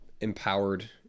empowered